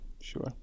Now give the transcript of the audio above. Sure